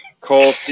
Cole